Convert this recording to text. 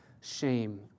shame